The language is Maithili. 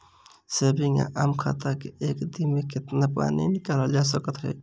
सेविंग वा आम खाता सँ एक दिनमे कतेक पानि निकाइल सकैत छी?